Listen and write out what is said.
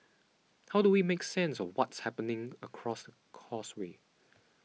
how do we make sense of what's happening across causeway